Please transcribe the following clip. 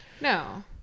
No